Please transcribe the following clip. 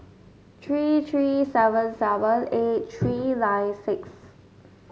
three three seven seven eight three nine six